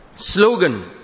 Slogan